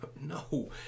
no